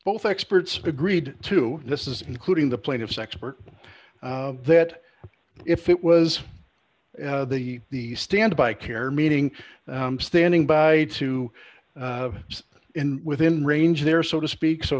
both experts agreed to this is including the plaintiff's expert that if it was the the standby care meeting standing by to in within range there so to speak so